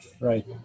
right